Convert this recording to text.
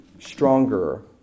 stronger